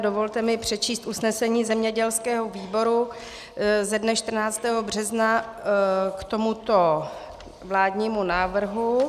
Dovolte mi přečíst usnesení zemědělského výboru ze dne 14. března k tomuto vládnímu návrhu.